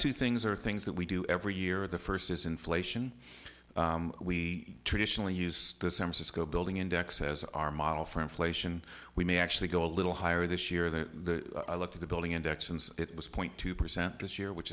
two things are things that we do every year the first is inflation we traditionally use the same cisco building index as our model for inflation we may actually go a little higher this year the look to the building index and it was point two percent this year which